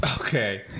Okay